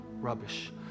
rubbish